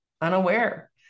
unaware